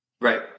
Right